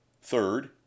Third